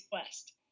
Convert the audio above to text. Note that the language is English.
quest